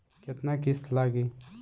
केतना किस्त लागी?